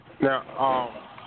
Now